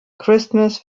christmas